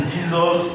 Jesus